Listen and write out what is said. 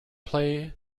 play